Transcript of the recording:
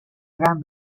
gran